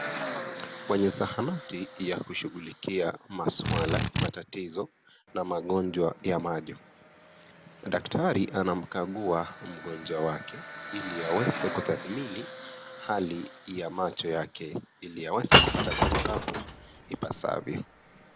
Kwenye zahanati ya kushughulikia maswala, matatizo na magonjwa ya macho. Daktari anamkagua mgonjwa wake ili aweze kutathmini hali ya macho yake ili aweze kupata matibabu ipasavyo